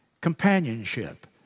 companionship